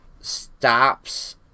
stops